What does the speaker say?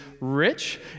Rich